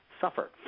suffer